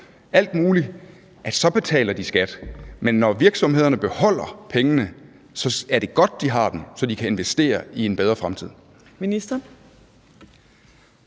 alt muligt – så betaler de skat, men når virksomhederne beholder pengene, er det godt, at de har dem, så de kan investere i en bedre fremtid?